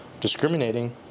discriminating